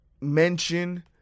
mention